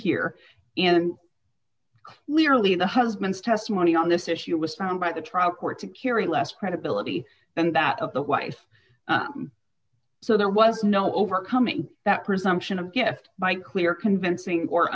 here and clearly the husband's testimony on this issue was found by the trial court to carry less credibility than that of the wife so there was no overcoming that presumption a gift by clear convincing or